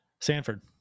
Sanford